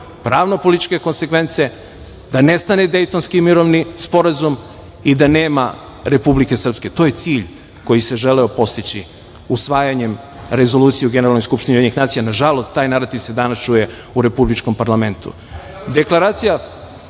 Pravno-političke konsekvence, da nestane Dejtonski mirovni sporazum i da nema Republike Srpske. To je cilj koji se želeo postići usvajanjem rezolucije u Generalnoj skupštini Ujedinjenih nacija. Nažalost, taj narativ se danas čuje u republičkom parlamentu.(Aleksandar